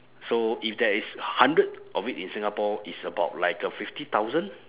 so if there is hundred of it in singapore it's about like a fifty thousand